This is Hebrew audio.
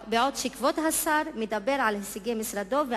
בעוד שכבוד השר המדבר על הישגי משרדו אומר,